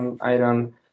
item